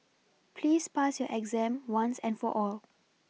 please pass your exam once and for all